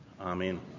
Amen